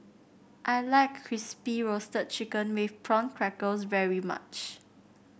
I like Crispy Roasted Chicken with Prawn Crackers very much